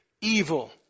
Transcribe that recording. evil